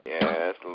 Yes